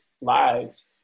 lives